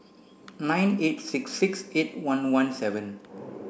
nine eight six six eight one one seven